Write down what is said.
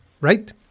right